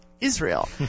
Israel